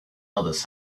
others